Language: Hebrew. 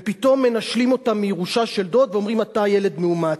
ופתאום מנשלים אותם מירושה של דוד ואומרים: אתה ילד מאומץ.